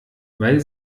weil